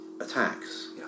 attacks